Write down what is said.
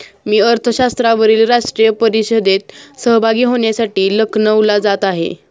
मी अर्थशास्त्रावरील राष्ट्रीय परिषदेत सहभागी होण्यासाठी लखनौला जात आहे